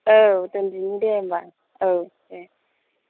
औ दोनदिनि दे होनब्ला औ दे